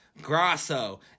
Grasso